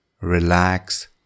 relax